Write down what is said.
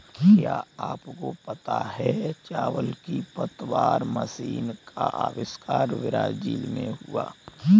क्या आपको पता है चावल की पतवार मशीन का अविष्कार ब्राज़ील में हुआ